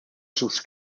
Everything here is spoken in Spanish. sus